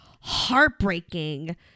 heartbreaking